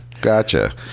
Gotcha